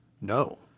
no